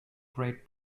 great